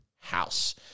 house